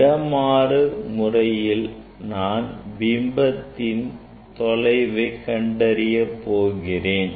இடமாறு முறையில் நான் பிம்பத்தின் தொலைவை கண்டறிய போகிறேன்